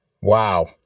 Wow